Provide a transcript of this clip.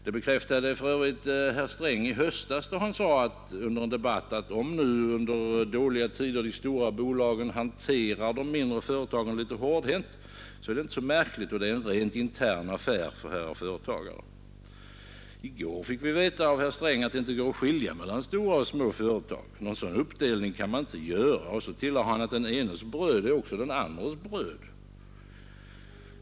Det bekräftade för övrigt herr Sträng i höstas, när han under en debatt sade, att om nu under dåliga tider de stora bolagen hanterade de mindre företagen litet hårdhänt, så var det inte så märkligt och en rent intern affär för herrar företagare. I går fick vi veta av herr Sträng, att det inte går att skilja mellan stora och små företag. Någon sådan uppdelning kan man inte göra. Så tillade han: Den enes bröd är också den andres bröd.